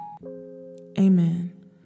Amen